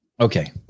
Okay